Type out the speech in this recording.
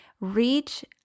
reach